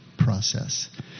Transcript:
process